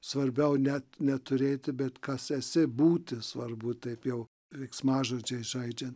svarbiau net neturėti bet kas esi būti svarbu taip jau veiksmažodžiais žaidžiant